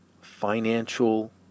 financial